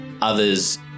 others